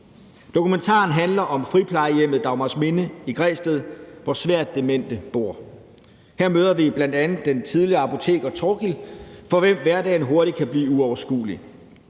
Dokumentaren handler om friplejehjemmet Dagmarsminde i Græsted, hvor svært demente bor. Her møder vi bl.a. den tidligere apoteker Thorkild, for hvem hverdagen hurtigt kan blive uoverskuelig,